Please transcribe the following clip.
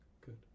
Good